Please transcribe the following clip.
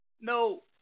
no